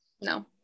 No